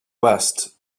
west